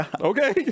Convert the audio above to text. Okay